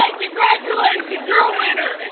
congratulations! you're a winner!